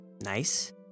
Nice